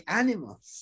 animals